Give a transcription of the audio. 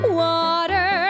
water